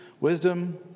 Wisdom